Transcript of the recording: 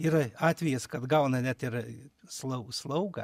yra atvejas kad gauna net ir slau slaugą